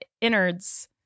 innards